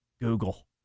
Google